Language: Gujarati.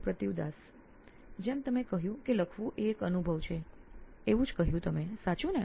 સુપ્રતિવ દાસ સીટીઓ નોઇન ઇલેક્ટ્રોનિક્સ જેમ તમે કહ્યું હતું કે લખવું એ એક અનુભવ છે એવું જ કહ્યું તમે સાચું ને